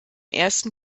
ersten